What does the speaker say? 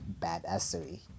badassery